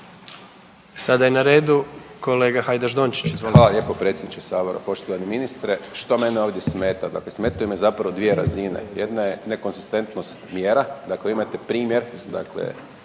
**Hajdaš Dončić, Siniša (SDP)** Hvala lijepo predsjedniče Sabora. Poštovani ministre. Što mene ovdje smeta? Dakle smetaju me zapravo dvije razine, jedna je nekonzistentnost mjera, dakle imate primjer